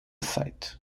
site